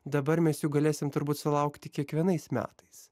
dabar mes jų galėsim turbūt sulaukti kiekvienais metais